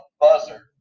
buzzer